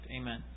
Amen